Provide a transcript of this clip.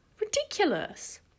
Ridiculous